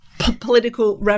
Political